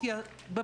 חברת הכנסת אלהרר,